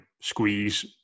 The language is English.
squeeze